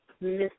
Miss